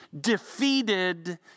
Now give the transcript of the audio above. defeated